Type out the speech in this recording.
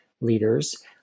leaders